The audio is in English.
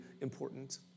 important